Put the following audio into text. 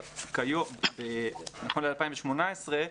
נכון ל-2018,